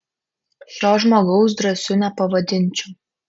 šio žmogaus drąsiu nepavadinčiau